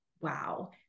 wow